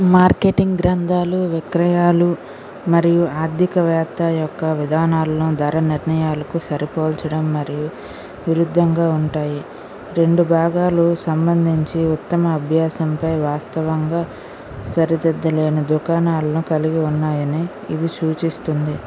marketing గ్రంథాలు విక్రయాలు మరియు ఆర్థికవేత్త యొక్క విధానాల్లో ధర నిర్ణయాలకు సరిపోల్చడం మరియు విరుద్ధంగా ఉంటాయి రెండు భాగాలు సంబంధించి ఉత్తమ అభ్యాసంపై వాస్తవంగా సరిదిద్దలేని దుకాణాల్లో కలిగి ఉన్నాయని ఇది సూచిస్తుంది